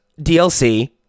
DLC